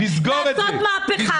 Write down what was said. לעשות מהפכה,